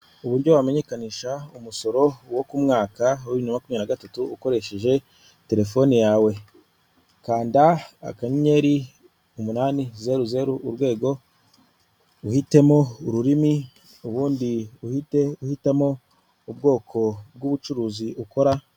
Uburyo wamenyekanisha umusoro wo ku mwaka wa bibiri na makumyabiri na gatatu ukoresheje telefone yawe. kanda akanyenyeri, umunani, zeru ,zeru ,urwego ,uhitemo ururimi, ubundi uhite uhitamo ubwoko bw'ubucuruzi ukora.